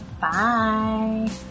Bye